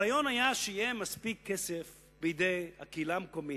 הרעיון היה, שיהיה מספיק כסף בידי הקהילה המקומית,